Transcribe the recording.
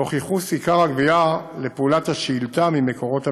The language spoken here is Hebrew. תוך ייחוס עיקר הגבייה לפעולת השאילתה ממקורות המידע.